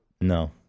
No